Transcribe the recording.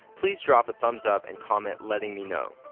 please drop a thumbs up and comment letting me know.